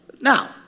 Now